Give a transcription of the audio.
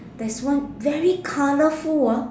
there's one very colourful ah